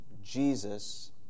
Jesus